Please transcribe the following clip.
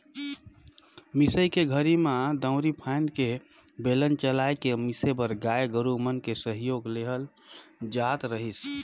मिसई के घरी में दउंरी फ़ायन्द के बेलन चलाय के मिसे बर गाय गोरु मन के सहयोग लेहल जात रहीस